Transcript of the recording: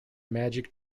magic